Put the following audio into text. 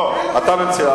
לא, אתה מציע.